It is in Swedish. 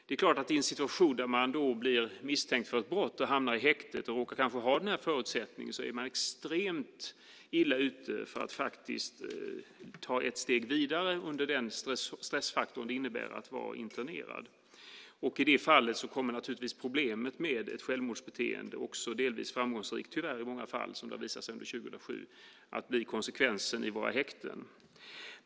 Det är klart att i en situation där man blir misstänkt för ett brott och hamnar i häktet och kanske har den här förutsättningen är man extremt illa ute när det gäller att faktiskt ta ett steg vidare under den stressfaktor det innebär att vara internerad. I det fallet kommer naturligtvis problemet med ett självmordsbeteende - delvis i många fall också tyvärr framgångsrikt som det har visat sig under 2007 - att bli konsekvensen i våra häkten.